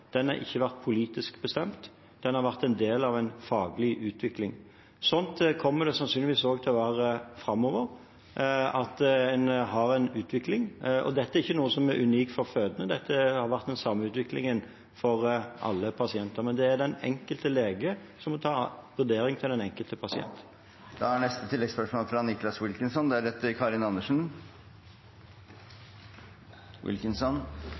ikke vært politisk bestemt. Den har vært en del av en faglig utvikling. Sånn kommer det sannsynligvis også til å være framover, at en har en utvikling. Dette er ikke noe som er unikt for fødende, det har vært den samme utviklingen for alle pasienter. Men det er den enkelte lege som må ta vurderingen av den enkelte pasient.